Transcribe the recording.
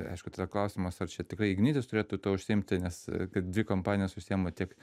aišku tada klausimas ar čia tikrai ignitis turėtų tuo užsiimti nes kad dvi kompanijos užsiima tiek